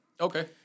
Okay